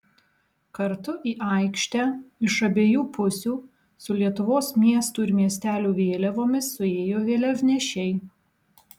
kartu į aikštę iš abiejų pusių su lietuvos miestų ir miestelių vėliavomis suėjo vėliavnešiai